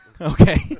okay